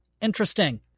Interesting